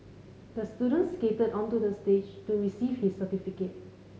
the student skated onto the stage to receive his certificate